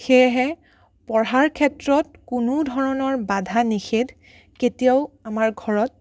সেয়েহে পঢ়াৰ ক্ষেত্ৰত কোনো ধৰণৰ বাধা নিষেধ কেতিয়াও আমাৰ ঘৰত